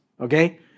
Okay